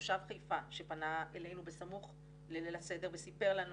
תושב חיפה שפנה אלינו בסמוך לליל הסדר וסיפר לנו